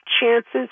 chances